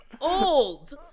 old